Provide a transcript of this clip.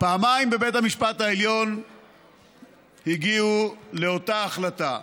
פעמיים בבית המשפט העליון הגיעו לאותה החלטה.